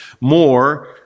more